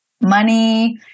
money